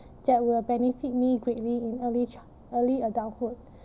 that will benefit me greatly in early chi~ early adulthood